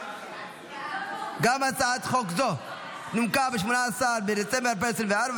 גם הצעת חוק זו נומקה ב-18 בדצמבר 2024,